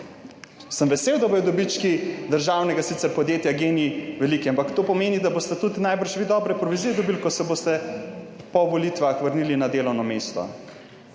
sem vesel, da bodo dobički državnega, sicer podjetja Gen-I veliki, ampak to pomeni, da boste tudi najbrž vi dobre provizije dobili, ko se boste po volitvah vrnili na delovno mesto